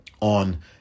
on